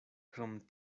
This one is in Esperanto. krom